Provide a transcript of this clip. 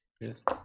yes